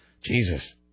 Jesus